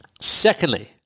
Secondly